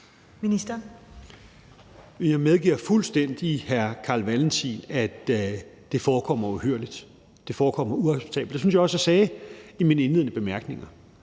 Jeg medgiver fuldstændig hr. Carl Valentin, at det forekommer uhyrligt, og at det forekommer uacceptabelt. Det syntes jeg også jeg sagde i mine indledende bemærkninger.